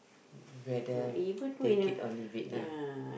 whether they keep or leave it lah